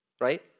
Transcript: right